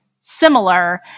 similar